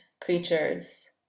creatures